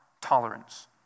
tolerance